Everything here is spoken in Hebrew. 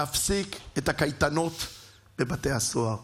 להפסיק את הקייטנות בבתי הסוהר,